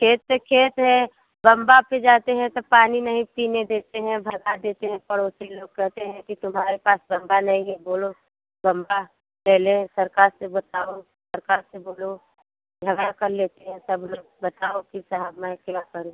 खेत तो खेत है बंबा पर जाते हैं तो पानी नहीं पीने देते हैं भगा देते हैं पड़ोसी लोग कहते हैं कि तुम्हारे पास बंबा नहीं है बोलो बंबा ले लें सरकार से बताओ सरकार से बोलो झगड़ा कर लेते हैं सब लोग बताओ कि साहब मैं क्या करूँ